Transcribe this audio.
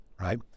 right